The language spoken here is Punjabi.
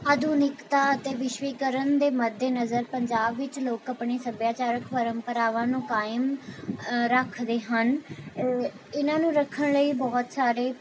ਆਧੁਨਿਕਤਾ ਅਤੇ ਵਿਸ਼ਵੀਕਰਨ ਦੇ ਮੱਦੇ ਨਜ਼ਰ ਪੰਜਾਬ ਵਿੱਚ ਲੋਕ ਆਪਣੇ ਸੱਭਿਆਚਾਰਕ ਪਰੰਪਰਾਵਾਂ ਨੂੰ ਕਾਇਮ ਰੱਖਦੇ ਹਨ ਇਨ੍ਹਾਂ ਨੂੰ ਰੱਖਣ ਲਈ ਬਹੁਤ ਸਾਰੇ